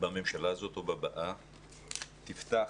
בממשלה הזאת או בבאה, תפתח,